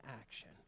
action